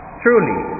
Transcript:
truly